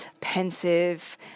pensive